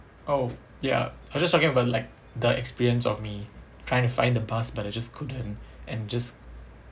oh yah I was just talking about like the experience of me trying to find the bus but I just couldn't and just